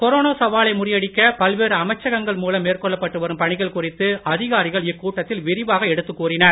corona சவாலை முறியடிக்க பல்வேறு அமைச்சகங்கள் மூலம் மேற்கொள்ளப் பட்டு வரும் பணிகள் குறித்து அதிகாரிகள் இக்கூட்டத்தில் விரிவாக எடுத்துக் கூறினர்